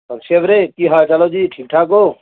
ਸਤਿ ਸ਼੍ਰੀ ਅਕਾਲ ਵੀਰੇ ਕੀ ਹਾਲ ਚਾਲ ਓ ਜੀ ਠੀਕ ਠਾਕ ਹੋ